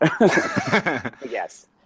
Yes